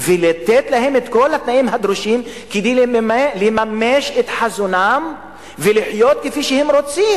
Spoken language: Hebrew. ולתת להם את כל התנאים הדרושים כדי לממש את חזונם ולחיות כפי שהם רוצים.